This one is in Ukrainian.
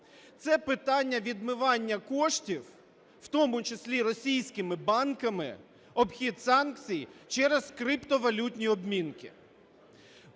Це питання відмивання коштів, в тому числі російськими банками, в обхід санкцій через криптовалютні обмінники.